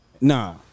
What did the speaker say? Nah